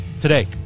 today